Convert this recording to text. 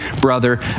brother